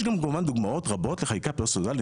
יש כמובן דוגמאות רבות לחקיקה פרסונלית.